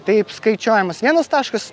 taip skaičiuojamas vienas taškas